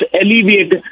alleviate